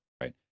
Right